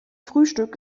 frühstück